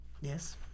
Yes